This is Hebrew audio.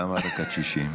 למה רק עד 60?